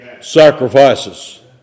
sacrifices